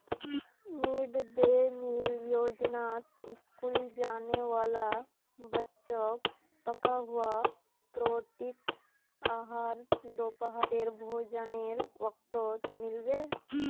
mid day meal योजनात school जाने वाला बच्चाक पका हुआ पौष्टिक आहार दोपहरेर भोजनेर वक़्तत मिल बे